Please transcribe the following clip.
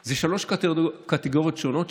יש שלוש קטגוריות שונות,